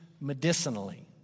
medicinally